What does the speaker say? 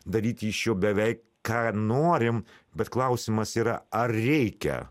daryti iš jo beveik ką norim bet klausimas yra ar reikia